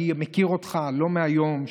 אני מכיר אותך לא מהיום,